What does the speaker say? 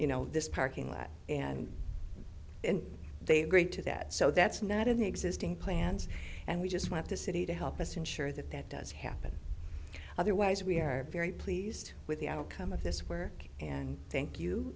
you know this parking lot and they agreed to that so that's not in the existing plans and we just want the city to help us ensure that that does happen otherwise we are very pleased with the outcome of this where and thank you